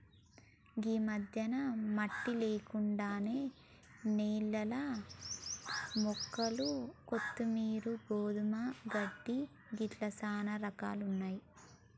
ఈ మధ్యన మట్టి లేకుండానే నీళ్లల్ల మొక్కలు కొత్తిమీరు, గోధుమ గడ్డి ఇట్లా చానా రకాలున్నయ్యి